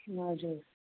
हजुर